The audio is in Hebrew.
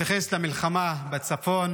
התייחס למלחמה בצפון